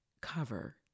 cover